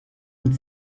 und